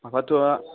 भवतु